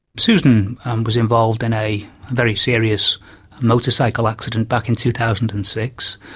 susan was involved in a very serious motorcycle accident back in two thousand and six.